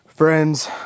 friends